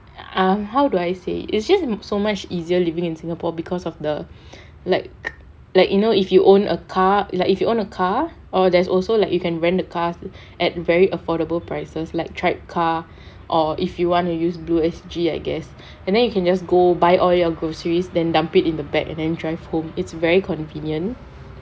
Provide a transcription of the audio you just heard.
ah how do I say it's just so much easier living in singapore because of the lack like you know if you own a car like if you own a car or there's also like you can rent a car at very affordable prices like electric car or if you want to use BlueSG I guess and then you can just go buy all your groceries than dump it in the back and then drive home it's very convenient